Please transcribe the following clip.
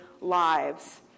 lives